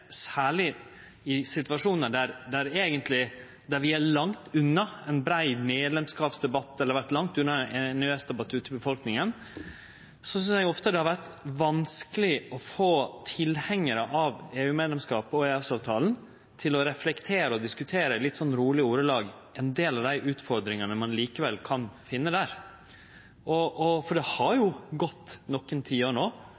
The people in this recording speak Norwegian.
særleg i situasjonar der vi eigentleg er langt unna ein brei medlemskapsdebatt eller ein EØS-debatt ute i befolkninga – er at eg synest ofte det har vore vanskeleg å få tilhengjarar av EU-medlemskap og EØS-avtalen til å reflektere over og diskutere i litt rolege ordelag ein del av dei utfordringane ein likevel kan finne der. For det har